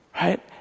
right